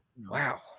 Wow